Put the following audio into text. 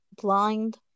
blind